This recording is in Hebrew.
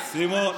סימון,